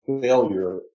failure